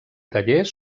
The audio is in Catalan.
tallers